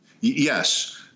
Yes